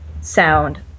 sound